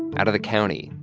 out of the county,